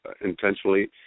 intentionally